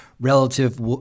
relative